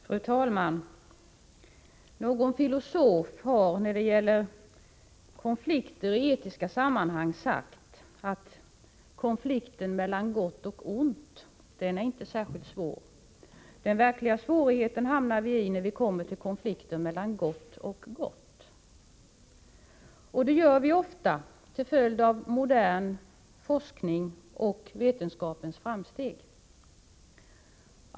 Fru talman! Någon filosof har när det gäller konflikter i etiska sammanhang sagt att konflikten mellan gott och ont inte är särskilt svår. Den verkliga svårigheten hamnar vi i när vi kommer till konflikten mellan gott och gott — och det gör vi ofta till följd av modern forskning och vetenskapens framsteg.